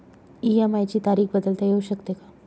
EMI ची तारीख बदलता येऊ शकते का?